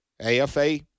AFA